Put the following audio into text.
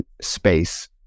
space